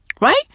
Right